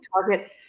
Target